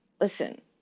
listen